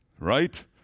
right